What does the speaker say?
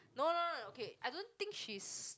no no no okay I don't think she's